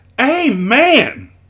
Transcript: Amen